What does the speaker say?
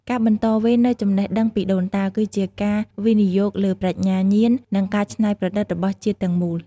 ការបន្តវេននូវចំណេះដឹងពីដូនតា គឺជាការវិនិយោគលើប្រាជ្ញាញាណ និងការច្នៃប្រឌិតរបស់ជាតិទាំងមូល។